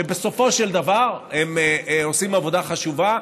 שבסופו של דבר הם עושים עבודה חשובה,